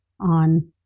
on